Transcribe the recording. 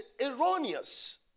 erroneous